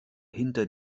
hinter